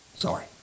Sorry